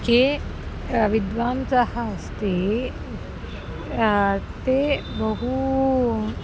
के विद्वान्सः अस्ति ते बहु